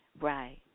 Right